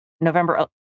November